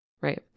Right